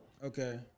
Okay